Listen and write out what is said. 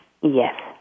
Yes